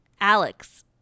alex